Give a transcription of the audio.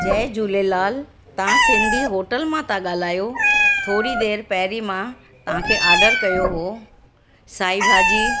जय झूलेलाल तव्हां सिंधी होटल मां तव्हां ॻाल्हायो थोरी देरि पहिरियों मां तव्हांखे आडर कयो हुओ साई भाॼी